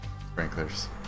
sprinklers